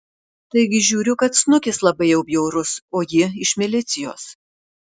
taigi žiūriu kad snukis labai jau bjaurus o ji iš milicijos